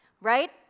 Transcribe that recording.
right